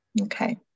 Okay